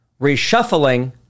reshuffling